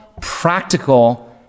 practical